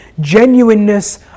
genuineness